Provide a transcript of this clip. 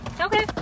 Okay